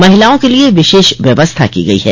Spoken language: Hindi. महिलाओं के लिए विशेष व्यवस्था की गई है